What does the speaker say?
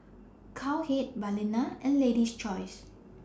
Cowhead Balina and Lady's Choice